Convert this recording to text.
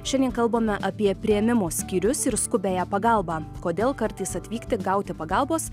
šiandien kalbame apie priėmimo skyrius ir skubiąją pagalbą kodėl kartais atvykti gauti pagalbos